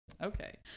Okay